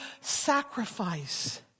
sacrifice